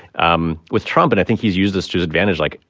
um with trump and i think he's used this to his advantage, like,